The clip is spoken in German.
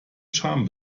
scham